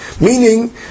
meaning